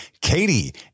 Katie